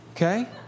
Okay